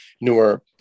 newer